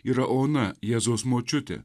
yra ona jėzaus močiutė